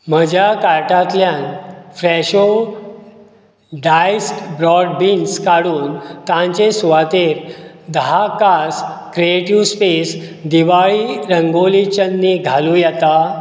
म्हज्या कार्टांतल्यान फ्रॅशो डायस्ड ब्रॉड बीन्स काडून तांचे सुवातेर धा कास क्रिएटिव्ह स्पेस दिवाळी रंगोली चन्नी घालूं येता